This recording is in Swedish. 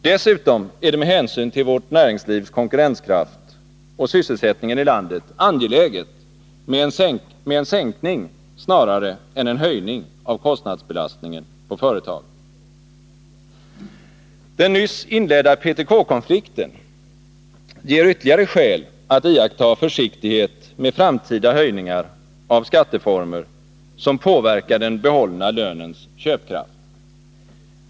Dessutom är det med hänsyn till vårt näringslivs konkurrenskraft och sysselsättningen i landet angeläget med en sänkning snarare än en höjning av kostnadsbelastningen på företagen. Den nyss inledda PTK-konflikten ger ytterligare skäl att iaktta försiktighet med framtida höjningar av skatteformer som påverkar den behållna lönens köpkraft.